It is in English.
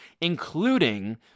including